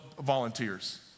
volunteers